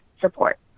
support